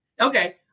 okay